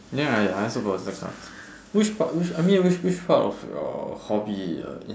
then I I also got cards which part which I mean which which part of your hobby uh